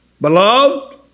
Beloved